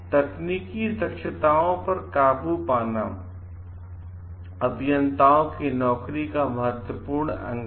तकनीकी दक्षताओं पर काबू पाना अभियंताओं की नौकरी का महत्वपूर्ण अंग है